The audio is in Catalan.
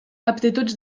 aptituds